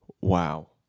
wow